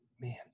man